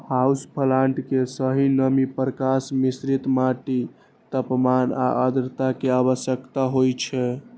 house plant कें सही नमी, प्रकाश, मिश्रित माटि, तापमान आ आद्रता के आवश्यकता होइ छै